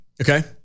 Okay